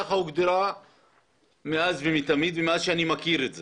ככה היא הוגדרה מאז ומתמיד ומאז שאני מכיר את זה.